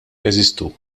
jeżistu